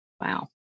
Wow